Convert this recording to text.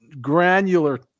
granular